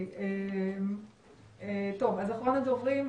אחרון הדוברים,